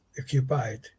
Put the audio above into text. occupied